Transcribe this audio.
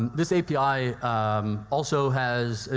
this api um also has,